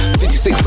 56